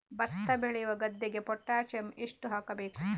ಭತ್ತ ಬೆಳೆಯುವ ಗದ್ದೆಗೆ ಪೊಟ್ಯಾಸಿಯಂ ಎಷ್ಟು ಹಾಕಬೇಕು?